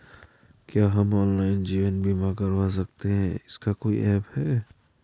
क्या हम ऑनलाइन जीवन बीमा करवा सकते हैं इसका कोई ऐप है?